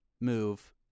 move